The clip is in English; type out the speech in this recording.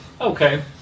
Okay